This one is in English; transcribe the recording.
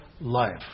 life